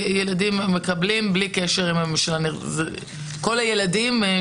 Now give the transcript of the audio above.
כל הילדים ששייכים לשני ההורים.